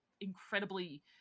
incredibly